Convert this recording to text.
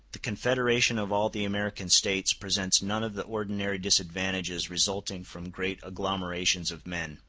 the confederation of all the american states presents none of the ordinary disadvantages resulting from great agglomerations of men.